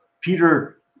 Peter